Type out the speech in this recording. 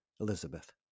Elizabeth